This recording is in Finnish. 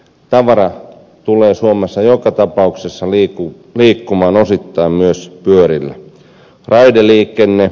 tavara tulee suomessa joka tapauksessa liikkumaan osittain myös pyörillä